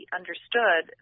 understood